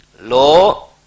law